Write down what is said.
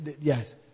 yes